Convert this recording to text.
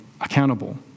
accountable